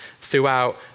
throughout